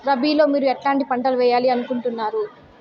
రబిలో మీరు ఎట్లాంటి పంటలు వేయాలి అనుకుంటున్నారు?